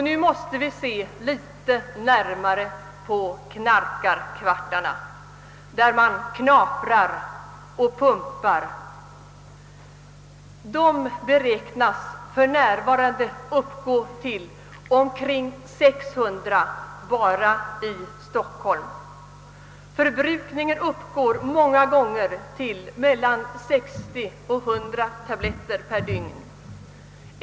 Nu måste vi se litet närmare på knarkarkvartarna där man »knaprar» och »pumpar». De beräknas för närvarande uppgå till omkring 600 bara i Stockholm, Förbrukningen uppgår många gånger till mellan 60 och 100 tabletter per dygn.